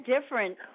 different